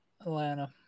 Atlanta